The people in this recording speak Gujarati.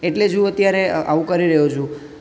એટલે જ હું અત્યારે આવું કરી રહ્યો છું